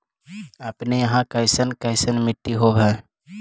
अपने यहाँ कैसन कैसन मिट्टी होब है?